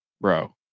bro